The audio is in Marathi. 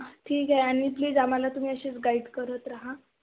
ठीक आहे आणि प्लीज आम्हाला तुम्ही असेच गाईड करत रहा